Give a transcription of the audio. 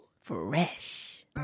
Fresh